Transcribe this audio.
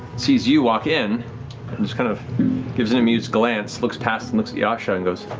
sees you walk in and just kind of gives an amused glance, looks past and looks at yasha and goes,